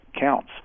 counts